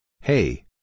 Hey